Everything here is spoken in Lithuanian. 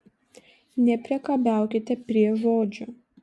nepriekabiaukite prie žodžių